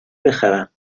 بخرم